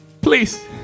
please